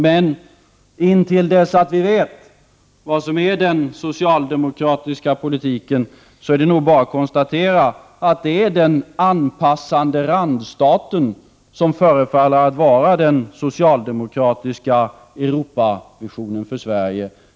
Men intill dess att vi vet vad som är den socialdemokratiska politiken är det nog bara att konstatera att det är den anpassande randstaten som förefaller att vara den socialdemokratiska Europavisionen för Sverige.